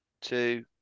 two